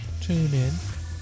TuneIn